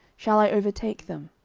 shall i overtake them?